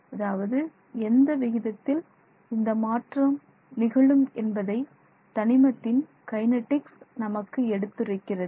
அதாவது எந்த விகிதத்தில் இந்த மாற்றம் நிகழும் என்பதை தனிமத்தின் கைனெடிக்ஸ் நமக்கு எடுத்துரைக்கிறது